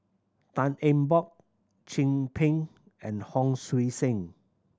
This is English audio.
Tan Eng Bock Chin Peng and Hon Sui Sen